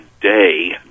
day